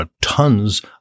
tons